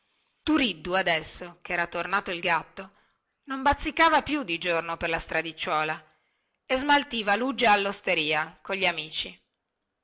turiddu adesso che era tornato il gatto non bazzicava più di giorno per la stradicciuola e smaltiva luggia allosteria cogli amici